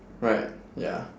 right ya